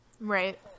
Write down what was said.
Right